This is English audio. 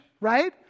right